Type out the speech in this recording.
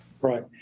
Right